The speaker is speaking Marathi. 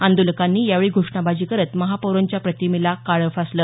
आंदोलकांनी यावेळी घोषणाबाजी करत महापौरांच्या प्रतिमेला काळं फासलं